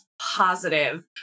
Positive